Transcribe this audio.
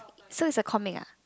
so is a comic ah